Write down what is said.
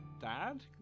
dad